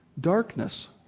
darkness